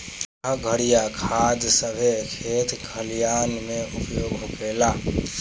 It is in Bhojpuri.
एह घरिया खाद सभे खेत खलिहान मे उपयोग होखेला